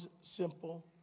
simple